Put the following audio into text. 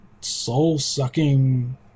soul-sucking